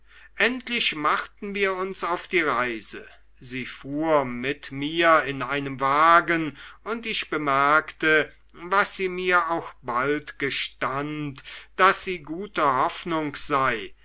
endlich machten wir uns auf die reise sie fuhr mit mir in einem wagen und ich bemerkte was sie mir auch bald gestand daß sie guter hoffnung sei